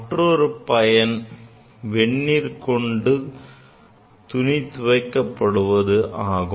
மற்றொரு பயன் வெந்நீர் கொண்டு துணி துவைக்கபடுவதாகும்